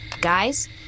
Guys